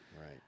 Right